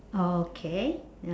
oh okay ya